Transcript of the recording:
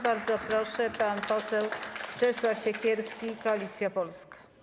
Bardzo proszę, pan poseł Czesław Siekierski, Koalicja Polska.